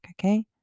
okay